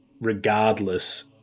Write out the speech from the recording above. regardless